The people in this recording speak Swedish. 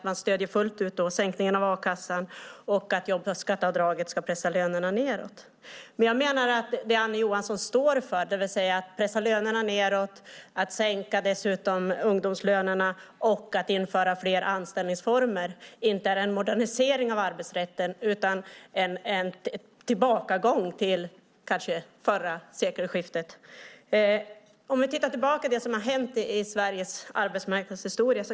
Man stöder fullt ut sänkningen av a-kassan och att jobbskatteavdraget ska pressa lönerna nedåt. Jag menar att det Annie Johansson står för, det vill säga att pressa ned lönerna, att sänka ungdomslönerna och att införa fler anställningsformer, inte är en modernisering av arbetsrätten utan en tillbakagång till förra sekelskiftet. Låt oss titta tillbaka på vad som har hänt i Sveriges arbetsmarknadshistoria.